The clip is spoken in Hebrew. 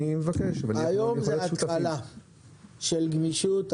היום זאת התחלה של גמישות.